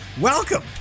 Welcome